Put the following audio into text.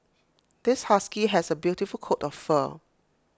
this husky has A beautiful coat of fur